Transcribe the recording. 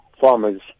farmers